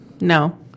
No